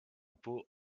peau